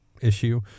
issue